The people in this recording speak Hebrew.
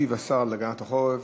ישיב השר להגנת העורף